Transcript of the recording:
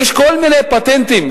יש כל מיני פטנטים,